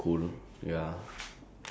and run away ya